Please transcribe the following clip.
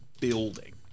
building